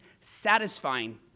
satisfying